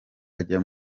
ajya